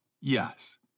Yes